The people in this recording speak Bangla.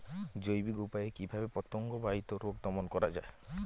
জৈবিক উপায়ে কিভাবে পতঙ্গ বাহিত রোগ দমন করা যায়?